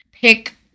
pick